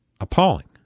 appalling